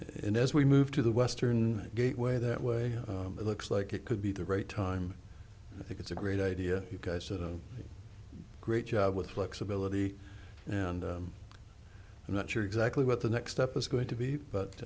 and as we move to the western gateway that way it looks like it could be the right time i think it's a great idea you guys did a great job with flexibility and i'm not sure exactly what the next step is going to be but